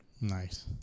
Nice